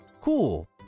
Cool